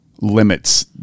limits